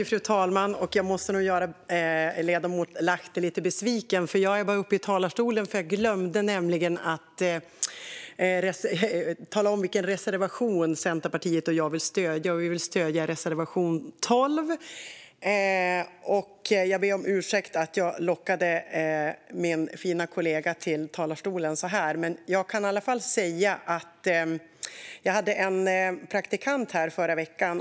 Fru talman! Jag måste nog göra ledamoten Lahti lite besviken, för jag begärde bara replik därför att jag glömde att tala om vilken reservation som Centerpartiet och jag vill stödja. Vi stöder reservation 12, som jag yrkar bifall till. Jag ber om ursäkt för att jag lockade min fina kollega till talarstolen på det här sättet, men jag kan i alla fall säga att jag hade en praktikant här i förra veckan.